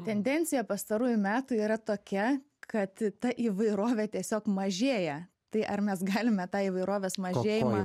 tendencija pastarųjų metų yra tokia kad ta įvairovė tiesiog mažėja tai ar mes galime tą įvairovės mažėjimą